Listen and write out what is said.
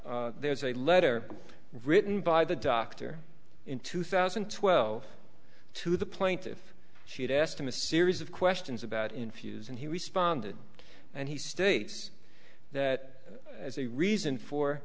there's a letter written by the doctor in two thousand and twelve to the plaintiff's she'd asked him a series of questions about infuse and he responded and he states that as a reason for